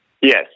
Yes